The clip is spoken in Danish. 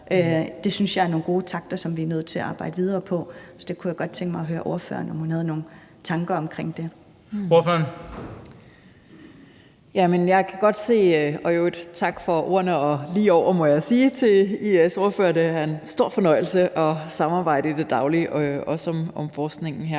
Det synes jeg er nogle gode takter, som vi er nødt til at arbejde videre med. Så jeg kunne godt tænke mig høre ordføreren, om hun har nogle tanker om det. Kl. 19:57 Den fg. formand (Bent Bøgsted): Ordføreren. Kl. 19:57 Eva Flyvholm (EL): Tak for ordene og lige over, må jeg sige til IA's ordfører. Det er en stor fornøjelse at samarbejde i det daglige, også om forskningen her.